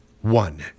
One